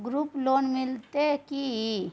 Group loan मिलतै की?